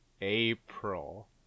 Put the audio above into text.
april